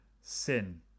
sin